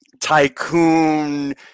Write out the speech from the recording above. tycoon